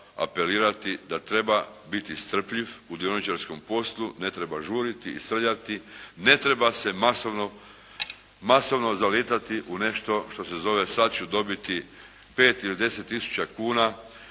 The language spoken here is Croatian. apelirati da treba biti strpljiv u dioničarkom poslu, ne treba žuriti i srljati, ne treba se masovno zalijetati u nešto što se zove sad ću dobiti 5 ili 10 tisuća kuna